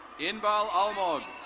inbal almod.